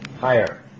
Higher